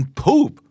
poop